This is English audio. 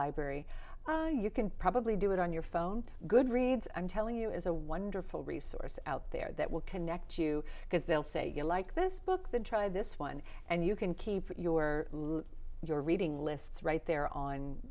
library you can probably do it on your phone good reads i'm telling you is a wonderful resource out there that will connect you because they'll say you like this book that try this one and you can keep your reading lists right there on